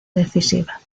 decisiva